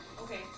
Okay